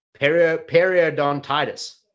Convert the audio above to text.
periodontitis